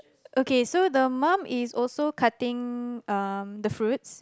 okay so the mum is also cutting um the fruits